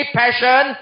passion